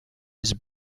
ist